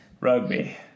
Rugby